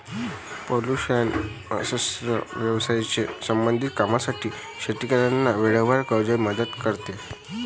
पशुपालन, मत्स्य व्यवसायाशी संबंधित कामांसाठी शेतकऱ्यांना वेळेवर कर्ज मदत करते